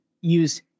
use